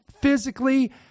physically